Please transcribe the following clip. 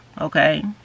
okay